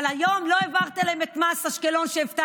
אבל היום לא העברתם להם את מס אשקלון שהבטחתם,